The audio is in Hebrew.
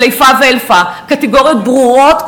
של איפה ואיפה; קטגוריות ברורות,